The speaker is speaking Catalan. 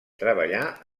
treballà